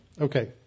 okay